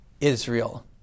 Israel